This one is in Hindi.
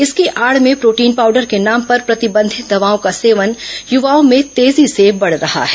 इसकी आड़ में प्रोटीन पाउडर के नाम पर प्रतिबंधित दवाओं का सेवन युवाओं में तेजी से बढ रहा है